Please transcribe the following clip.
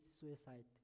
suicide